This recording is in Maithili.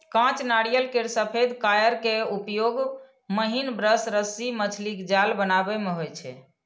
कांच नारियल केर सफेद कॉयर के उपयोग महीन ब्रश, रस्सी, मछलीक जाल बनाबै मे होइ छै